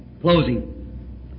Closing